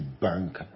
bank